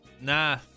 Nah